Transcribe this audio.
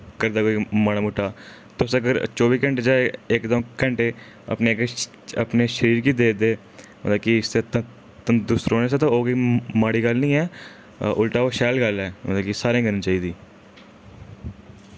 करदा कोई माड़ा मोटा तुस अगर चौह्बी घैंटे चा इक द'ऊं घैंटे अपने किश अपने शरीर गी दे दे मतलब कि सेह्त तंदरुस्त रौह्ने आस्तै ते ओह् कोई माड़ी गल्ल निं ऐ उल्टा ओह् शैल गल्ल ऐ मतलब कि सारें करनी चाहिदी